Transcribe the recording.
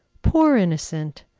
poor innocent!